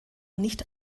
nicht